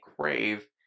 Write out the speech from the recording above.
crave